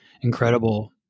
incredible